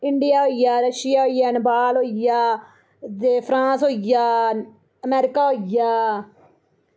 India होइया Russia होइया नेपाल होइया दे फ्रांस होइया अमेरिका होइया